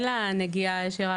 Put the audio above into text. אין לה נגיעה ישירה,